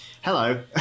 Hello